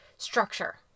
Structure